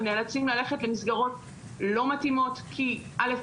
נאלצים ללכת למסגרות לא מתאימות כי אל"ף,